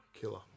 Killer